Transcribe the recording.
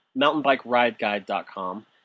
mountainbikerideguide.com